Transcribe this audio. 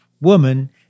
woman